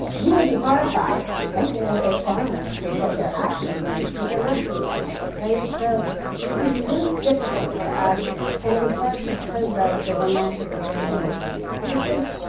you would be horrified and say that those farmers should get their acting gear and treat their workers better. so it can be really difficult for us and in part because of the romantic agrarianism and because,